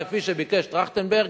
כפי שביקש טרכטנברג,